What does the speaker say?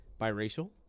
biracial